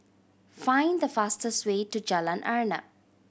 find the fastest way to Jalan Arnap